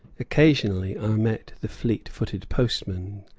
occasionally are met the fleet-footed postmen,